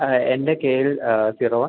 അതെ എൻ്റെ K L zero